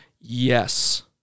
Yes